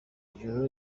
ijoro